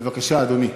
בבקשה, אדוני.